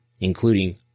including